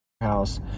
house